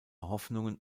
hoffnungen